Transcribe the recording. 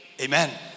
Amen